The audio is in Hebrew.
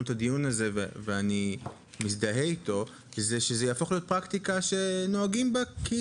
את הדיון הזה זה שזה יהפוך לפרקטיקה שנוהגים בה כי